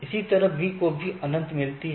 इसी तरह B को भी अनंत मिलती है